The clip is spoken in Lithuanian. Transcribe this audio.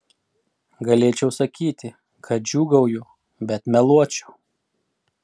galėčiau sakyti kad džiūgauju bet meluočiau